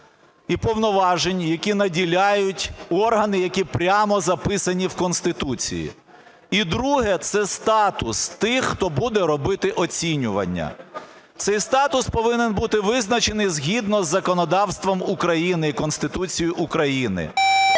і повноважень, які наділяють органи, які прямо записані в Конституції. І друге – це статус тих, хто буде робити оцінювання. Цей статус повинен бути визначений згідно із законодавством України і Конституції України.